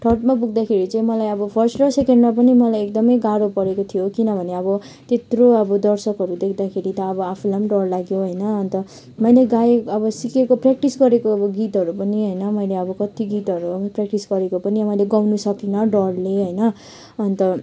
थर्डमा पुग्दाखेरि चाहिँ मलाई अब फर्स्ट र सेकेन्डमा पनि मलाई एकदमै गाह्रो परेको थियो किनभने अब त्यत्रो अब दर्शकहरू देख्दाखेरि त अब आफूलाई पनि डर लाग्यो होइन अन्त मैले गाएँ अब सिकेको प्र्याक्टिस गरेको अब गीतहरू पनि होइन मैले अब कति गीतहरू पनि प्र्याक्टिस गरेको पनि मैले गाउन सकिनँ डरले होइन अन्त